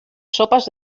sopes